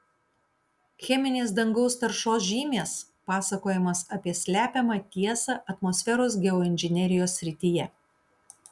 cheminės dangaus taršos žymės pasakojimas apie slepiamą tiesą atmosferos geoinžinerijos srityje